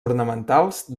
ornamentals